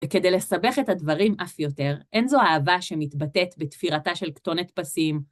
וכדי לסבך את הדברים אף יותר, אין זו אהבה שמתבטאת בתפירתה של כתונת פסים.